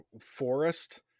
forest